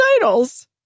titles